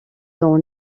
dans